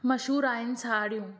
मशहूर आहिनि साड़ियूं